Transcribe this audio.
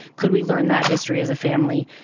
could we learn that history as a family?